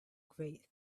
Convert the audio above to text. great